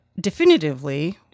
definitively